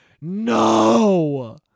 No